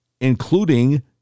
including